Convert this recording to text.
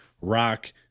rock